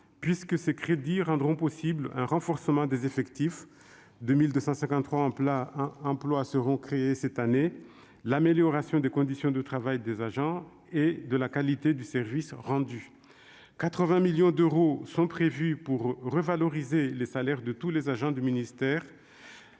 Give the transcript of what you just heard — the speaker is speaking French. puisque ces crédits rendront possibles un renforcement des effectifs- 2 253 emplois seront créés cette année -, ainsi que l'amélioration des conditions de travail des agents et de la qualité du service rendu. Ainsi, 80 millions d'euros sont prévus pour revaloriser les salaires de tous les agents du ministère,